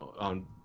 on